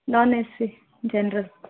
non ac general